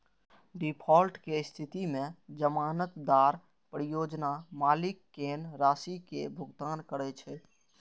default के स्थिति मे जमानतदार परियोजना मालिक कें राशि के भुगतान करै छै